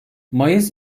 mayıs